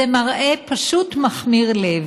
זה מראה פשוט מכמיר לב.